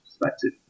perspective